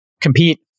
compete